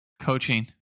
coaching